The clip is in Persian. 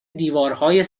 دیوارهای